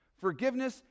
forgiveness